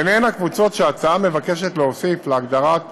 ובהן הקבוצות שההצעה מבקשת להוסיף להגדרת הגזענות.